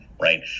right